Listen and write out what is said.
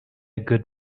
good